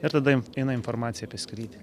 ir tada jiem eina informacija apie skrydį